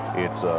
it's,